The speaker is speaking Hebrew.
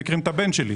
הם מכירים את הבן שלי.